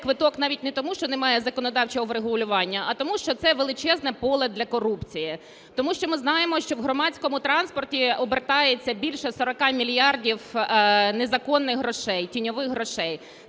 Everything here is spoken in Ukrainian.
цей квиток навіть не тому, що немає законодавчого врегулювання, а тому що це величезне поле для корупції. Тому що ми знаємо, що в громадському транспорті обертається більше 40 мільярдів незаконних грошей, тіньових грошей